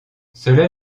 cela